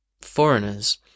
foreigners